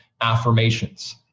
affirmations